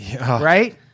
Right